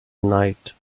night